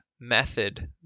method